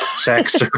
sex